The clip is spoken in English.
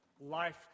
life